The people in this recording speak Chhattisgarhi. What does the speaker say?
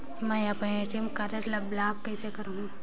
मै अपन ए.टी.एम कारड ल ब्लाक कइसे करहूं?